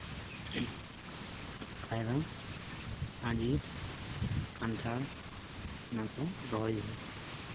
ᱠᱟᱭᱨᱟ ᱟᱸᱧᱡᱤᱨ ᱠᱟᱱᱴᱷᱟᱲ ᱱᱚᱣᱟ ᱠᱚ ᱨᱚᱦᱚᱭ ᱦᱩᱭᱩᱜᱼᱟ